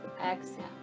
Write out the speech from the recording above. exhale